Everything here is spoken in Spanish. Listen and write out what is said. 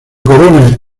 corona